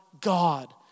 God